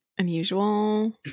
Unusual